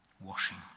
washing